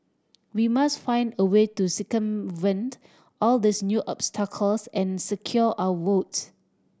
we must find a way to circumvent all these new obstacles and secure our votes